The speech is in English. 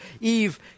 Eve